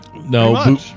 No